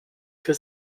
für